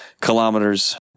kilometers